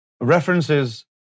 references